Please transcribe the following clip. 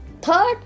Third